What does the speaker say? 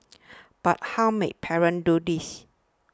but how may parents do this